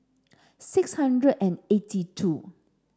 six hundred and eighty two